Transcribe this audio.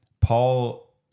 Paul